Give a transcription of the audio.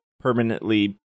permanently